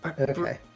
Okay